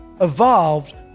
evolved